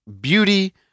beauty